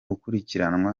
ukurikiranwa